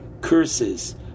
curses